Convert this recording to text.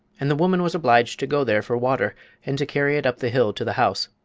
and the woman was obliged to go there for water and to carry it up the hill to the house.